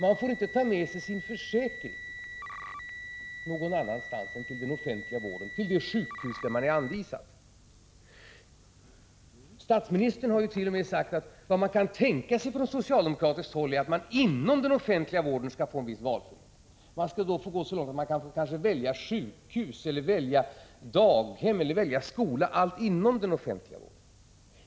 Man får inte ta med sig sin försäkring någon annanstans än till den offentliga vården, till det sjukhus dit man är anvisad. Statsministern har ju t.o.m. sagt att man från socialdemokratiskt håll kan tänka sig att vi inom den offentliga vården skulle få en viss valfrihet. Man skulle då gå så långt att vi kanske kan få välja sjukhus eller daghem eller skola, allt inom den offentliga sektorn.